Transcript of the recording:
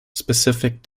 specific